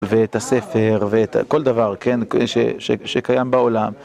ואת הספר ואת... כל דבר, כן, שקיים בעולם.